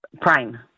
Prime